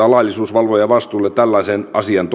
laillisuusvalvojan vastuulle tällaisen asian